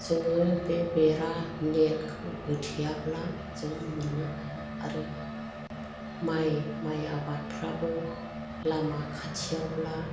जोङो बे बेरा नेटखौ होथेयाब्ला जों मोननो हाया आरो माइ माइ आबादफ्राबो लामा खाथियावब्ला